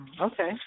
okay